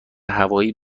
هوایی